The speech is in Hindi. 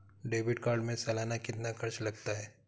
डेबिट कार्ड में सालाना कितना खर्च लगता है?